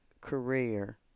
career